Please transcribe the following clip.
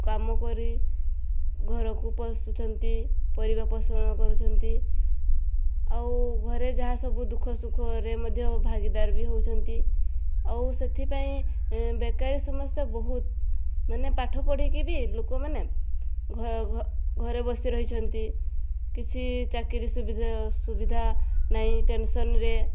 କାମ କରି ଘରକୁ ପଶୁଛନ୍ତି ପରିବାର ପୋଷଣ କରୁଛନ୍ତି ଆଉ ଘରେ ଯାହା ସବୁ ଦୁଖ ସୁଖରେ ମଧ୍ୟ ଭାଗୀଦାର ବି ହେଉଛନ୍ତି ଆଉ ସେଥିପାଇଁ ବେକାରୀ ସମସ୍ୟା ବହୁତ ମାନେ ପାଠ ପଢ଼ିକି ବି ଲୋକମାନେ ଘରେ ବସି ରହିଛନ୍ତି କିଛି ଚାକିରୀ ସୁବିଧା ସୁବିଧା ନାହିଁ ଟେନସନ୍ରେ